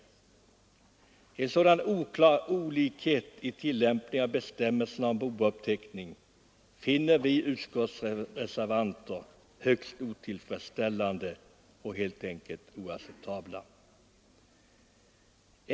En sådan olikhet i tillämpningen av bestämmelserna om bouppteckning finner reservanterna högst otillfredsställande och oacceptabel.